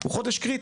זה חודש קריטי.